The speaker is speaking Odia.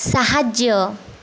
ସାହାଯ୍ୟ